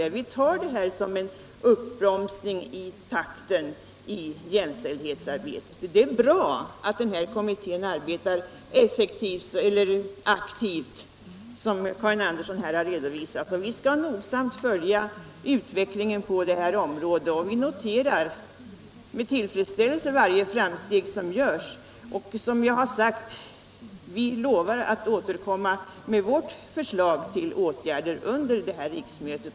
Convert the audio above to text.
Detta tar vi som en uppbromsning i takten i jämställdhetsarbetet. Det är bra om jämställdhetskommittén arbetar aktivt. Vi skall nogsamt följa utvecklingen på detta område och noterar med tillfredsställelse varje framsteg som görs. Som jag har sagt lovar vi att återkomma med vårt förslag till åtgärder under detta riksmöte.